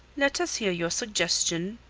let us hear your suggestion,